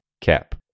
Cap